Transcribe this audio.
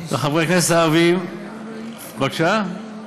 לחברי הכנסת הערבים, בבקשה?